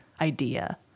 idea